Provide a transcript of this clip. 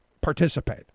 participate